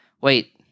wait